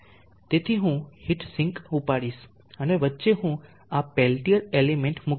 તેથી હું heat sink ઉપાડીશ અને વચ્ચે હું આ પેલ્ટીયર એલિમેન્ટ મૂકીશ